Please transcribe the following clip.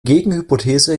gegenhypothese